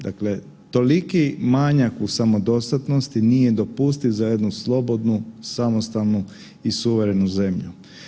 Dakle toliki manjak u samodostatnosti nije dopustiv za jednu slobodnu samostanu i suverenu zemlju.